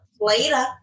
Later